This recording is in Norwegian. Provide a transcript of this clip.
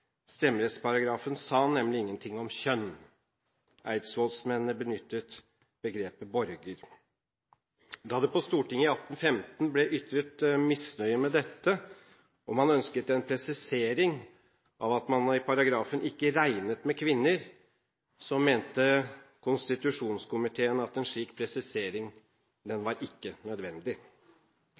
Stemmerettsparagrafen sa nemlig ingenting om kjønn. Eidsvollsmennene benyttet begrepet «borger». Da det på Stortinget i 1815 ble ytret misnøye med dette og man ønsket en presisering av at man i paragrafen ikke regnet med kvinner, mente konstitusjonskomiteen at en slik presisering ikke var nødvendig.